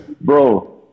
Bro